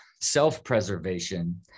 self-preservation